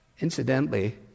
Incidentally